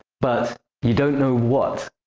but you don't know what.